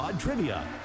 Trivia